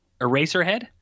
Eraserhead